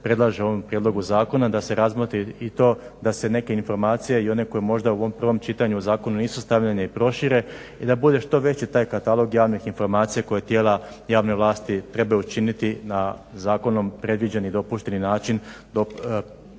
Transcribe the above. predlažu u ovom prijedlogu zakona da se razmotri, i to da se neke informacije i one koje možda u ovom prvom čitanju zakona nisu stavljene nisu stavljene i prošire i da bude što veći taj katalog javnih informacija koje tijela javne vlasti trebaju učiniti na zakonom predviđen i dopušteni način,